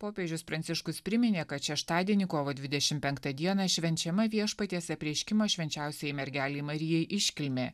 popiežius pranciškus priminė kad šeštadienį kovo dvidešim penktą dieną švenčiama viešpaties apreiškimo švenčiausiajai mergelei marijai iškilmė